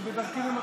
אני בדרכי למקום.